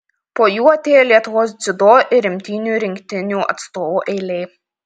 po jų atėjo lietuvos dziudo ir imtynių rinktinių atstovų eilė